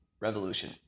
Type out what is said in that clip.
revolution